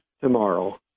tomorrow